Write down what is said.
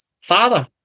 father